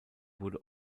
wurde